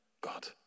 God